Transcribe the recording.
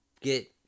get